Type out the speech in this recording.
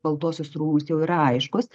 baltuosius rūmus jau yra aiškūs